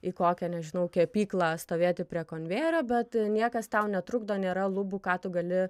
į kokią nežinau kepyklą stovėti prie konvejerio bet niekas tau netrukdo nėra lubų ką tu gali